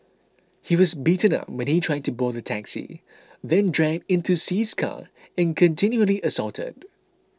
he was beaten up when he tried to board the taxi then dragged into Sea's car and continually assaulted